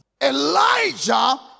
Elijah